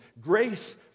Grace